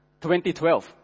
2012